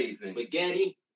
spaghetti